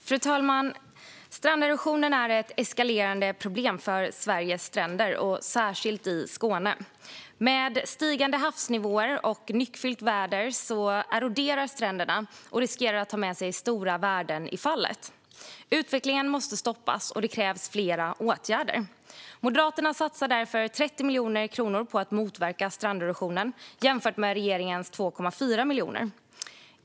Fru talman! Stranderosionen är ett eskalerande problem för Sveriges stränder, särskilt i Skåne. Med stigande havsnivåer och nyckfullt väder eroderar stränderna och riskerar att ta med sig stora värden i fallet. Utvecklingen måste stoppas, och det krävs flera åtgärder. Moderaterna satsar därför 30 miljoner kronor på att motverka stranderosionen, att jämföra med regeringens 2,4 miljoner.